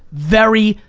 very,